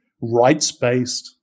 rights-based